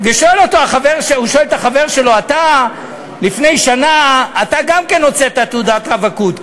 הוא שואל את החבר שלו: לפני שנה אתה גם הוצאת תעודת רווקות.